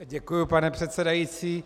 Děkuju, pane předsedající.